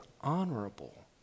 honorable